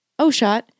Oshot